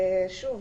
שוב,